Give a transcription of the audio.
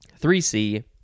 3C